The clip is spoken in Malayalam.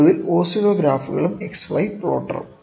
ഒടുവിൽ ഓസിലോഗ്രാഫുകളും എക്സ് വൈ പ്ലോട്ടറും